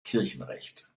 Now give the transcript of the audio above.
kirchenrecht